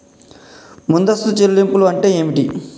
ముందస్తు చెల్లింపులు అంటే ఏమిటి?